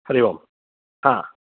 हरिः ओं हा